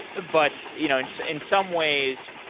but you know in in some ways,